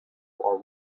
are